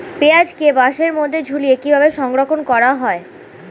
পেঁয়াজকে বাসের মধ্যে ঝুলিয়ে কিভাবে সংরক্ষণ করা হয়?